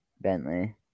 Bentley